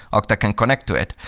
okta can connect to it.